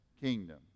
kingdom